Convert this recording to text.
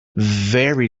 very